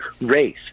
race